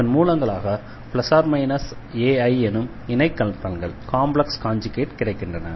இதன் மூலங்களாக ±ai எனும் இணைக் கலப்பெண்கள் கிடைக்கின்றன